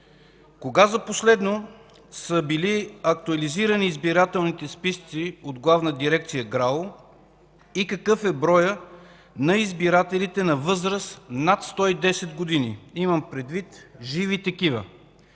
кога за последно са били актуализирани избирателните списъци от Главна дирекция ГРАО? Какъв е броят на избирателите на възраст над 110 години? Имам предвид живи такива.